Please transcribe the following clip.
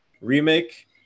remake